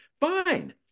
fine